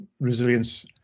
resilience